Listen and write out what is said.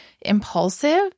impulsive